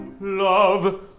Love